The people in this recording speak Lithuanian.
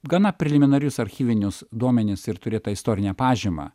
gana preliminarius archyvinius duomenis ir turėtą istorinę pažymą